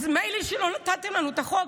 אז מילא שלא נתתם לנו את החוק,